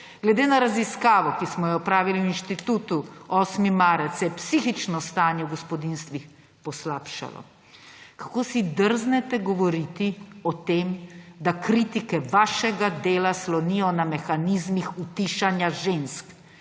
Glede na raziskavo, ki smo jo opravili na Inštitutu 8. marec, se je psihično stanje v gospodinjstvih poslabšalo. Kako si drznete govoriti o tem, da kritike vašega dela slonijo na mehanizmih utišanja žensk?